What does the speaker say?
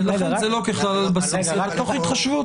לכן זה לא "ככלל על בסיס", אלא "תוך התחשבות".